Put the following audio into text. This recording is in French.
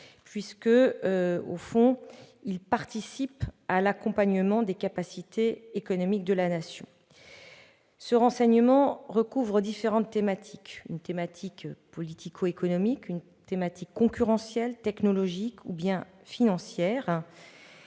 effet, il participe à l'accompagnement des capacités économiques de la Nation. Ce renseignement recouvre différentes thématiques : une thématique politico-économique, une thématique concurrentielle, technologique ou bien financière.